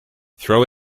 throw